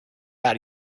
out